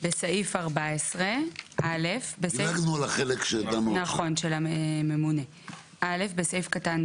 לפי דוח האפס שבסופו של דבר הוא המסגרת התקציבית,